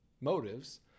motives